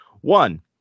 One